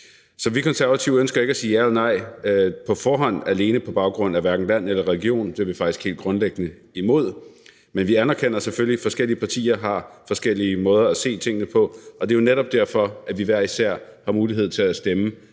Så vi Konservative ønsker ikke at sige ja eller nej til statsborgerskab på forhånd alene på baggrund af land eller religion. Det er vi faktisk helt grundlæggende imod. Men vi anerkender selvfølgelig, at forskellige partier har forskellige måder at se tingene på, og det er jo netop derfor, vi foreslår, at vi hver især skal have mulighed for at stemme